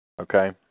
Okay